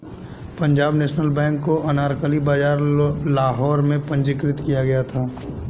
Punjab national bank को अनारकली बाजार लाहौर में पंजीकृत किया गया था